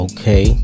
Okay